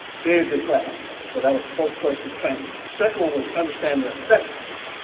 very good class. so that was spokesperson training. the second one was understanding assessments.